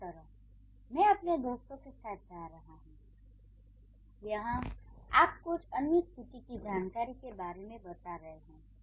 इसी तरह मैं अपने दोस्तों के साथ जा रहा हूँ यहाँ आप कुछ अन्य स्थितियों की जानकारी के बारे में बता रहे हैं